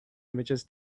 images